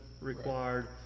required